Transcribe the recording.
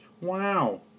wow